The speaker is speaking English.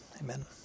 amen